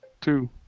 two